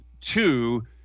two